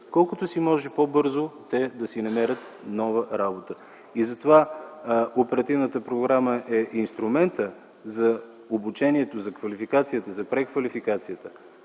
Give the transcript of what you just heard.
колкото се може по-бързо да намерят своя работа. Оперативната програма е инструментът за обучението, квалификацията и преквалификацията,